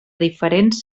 diferents